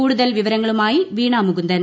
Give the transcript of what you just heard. കൂടുതൽ വിവരങ്ങളുമായി വീണാ മുകുന്ദൻ